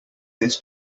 this